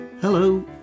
Hello